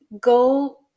Go